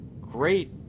great